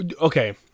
Okay